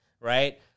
right